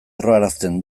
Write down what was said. erroarazten